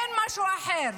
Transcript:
אין משהו אחר.